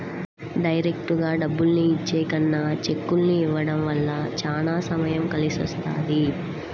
డైరెక్టుగా డబ్బుల్ని ఇచ్చే కన్నా చెక్కుల్ని ఇవ్వడం వల్ల చానా సమయం కలిసొస్తది